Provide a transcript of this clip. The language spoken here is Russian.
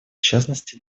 частности